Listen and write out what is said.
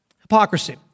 hypocrisy